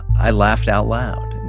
i laughed out loud.